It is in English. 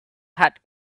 had